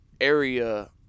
area